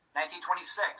1926